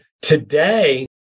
today